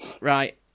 Right